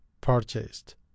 purchased